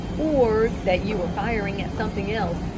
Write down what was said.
or that you were firing at something else,